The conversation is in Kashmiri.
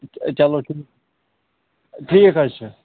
چلو ٹھیٖک ٹھیٖک حظ چھُ